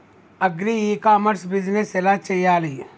Agri e commerce business ఎలా చెయ్యాలి?